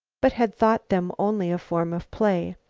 but had thought them only a form of play.